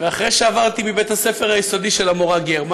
ואחרי שעברתי מבית-הספר היסודי של המורה גרמן,